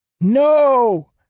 No